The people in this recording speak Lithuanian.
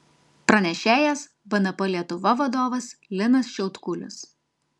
pranešėjas bnp lietuva vadovas linas šiautkulis